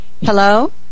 Hello